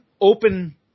open